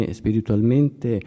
spiritualmente